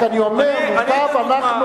רק אני אומר: מוטב אנחנו,